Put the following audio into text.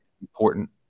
important